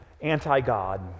anti-God